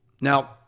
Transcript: Now